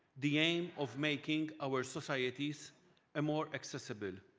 the aim of making our societies ah more accessible,